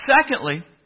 Secondly